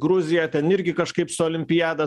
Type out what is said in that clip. gruzija ten irgi kažkaip su olimpiada